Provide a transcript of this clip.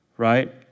right